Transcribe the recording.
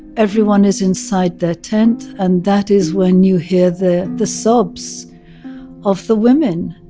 everyone is inside their tent and that is when you hear the, the sobs of the women